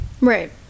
right